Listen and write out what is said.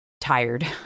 tired